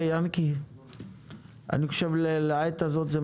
לעת הזאת.